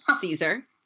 Caesar